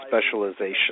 specialization